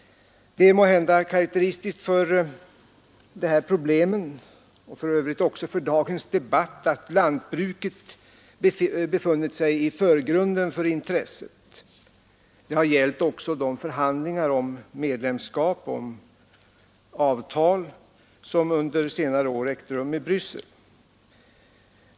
Det är måhända karakteristiskt för situationen och för övrigt också för dagens debatt att lantbruket befinner sig i förgrunden för intresset. Det har också varit förhållandet vid de förhandlingar om medlemskap och avtal som under senare år ägt rum i Bryssel.